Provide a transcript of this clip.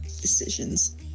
Decisions